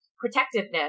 protectiveness